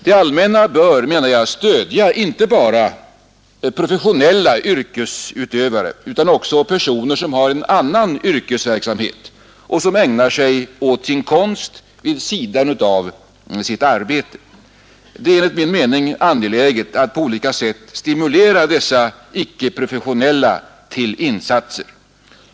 Det allmänna bör, menar jag, stödja inte bara professionella yrkesutövare utan också personer som har en annan yrkesverksamhet och som ägnar sig åt konst vid sidan av sitt yrkesarbete. Det är enligt min mening angeläget att på olika sätt stimulera dessa icke-professionella till insatser.